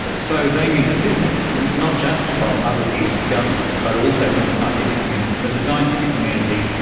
and so they need assistance, not just from other tiers of government, but also from the scientific community. so the scientific community,